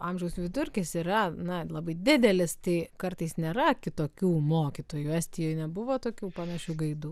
amžiaus vidurkis yra na labai didelis tai kartais nėra kitokių mokytojų estijoj nebuvo tokių panašių gaidų